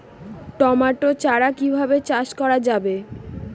Tomato চারা কিভাবে চাষ করা যাবে?